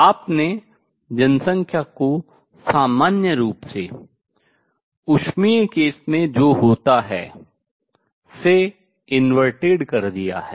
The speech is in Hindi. आपने जनसंख्या को सामान्य रूप से उष्मीय केस में जो होता है से व्युत्क्रमित कर दिया है